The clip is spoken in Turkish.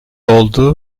oldu